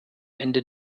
ende